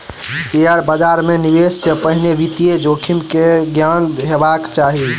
share बाजार मे निवेश से पहिने वित्तीय जोखिम के ज्ञान हेबाक चाही